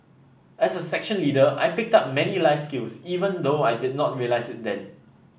as a section leader I picked up many life skills even though I did not realise it then